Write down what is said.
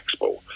Expo